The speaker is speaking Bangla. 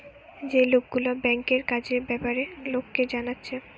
যে লোকগুলা ব্যাংকের কাজের বেপারে লোককে জানাচ্ছে